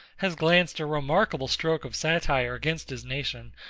has glanced a remarkable stroke of satire against his nation,